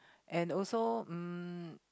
and also um